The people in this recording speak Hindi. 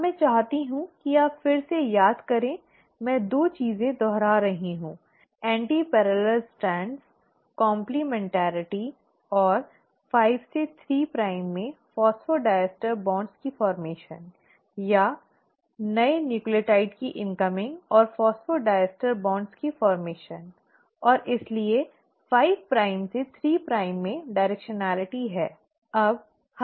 अब मैं चाहती हूं कि आप फिर से याद करें मैं 2 चीजें दोहरा रही हूं एंटीपैरल स्ट्रैंड काम्प्लिमेन्टैरिटी और 5 से 3 प्राइम में फॉस्फोडाइस्टर बॉन्ड्स का गठन या नए न्यूक्लियोटाइड की इनकमिंग और फॉस्फोडाइस्टर बॉन्ड्स का गठन और इसलिए 5 प्राइम से 3 प्राइम में दिशात्मकता है